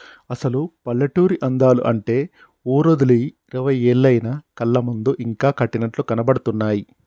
అసలు పల్లెటూరి అందాలు అంటే ఊరోదిలి ఇరవై ఏళ్లయినా కళ్ళ ముందు ఇంకా కట్టినట్లు కనబడుతున్నాయి